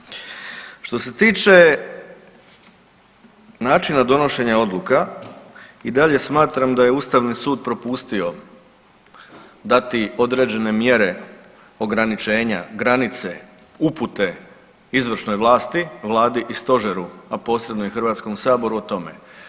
Što se tiče načina donošenja odluka i dalje smatram da je Ustavni sud propustio dati određene mjere ograničenja, granice, upute izvršnoj vlasti, Vladi i Stožeru, a posebno i Hrvatskom saboru o tome.